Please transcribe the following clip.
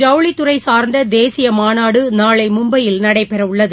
ஜவுளித்துறை சார்ந்த தேசிய மாநாடு நாளை மும்பையில் நடைபெறவுள்ளது